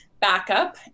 backup